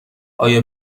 آیا